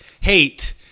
hate